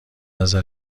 نظر